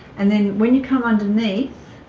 and then when you come underneath